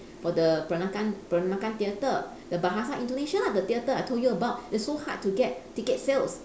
for the peranakan peranakan theatre the bahasa indonesia lah the theatre I told you about it's so hard to get ticket sales